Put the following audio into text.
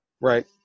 right